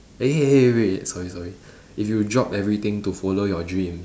eh eh wait sorry sorry if you drop everything to follow your dreams